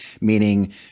Meaning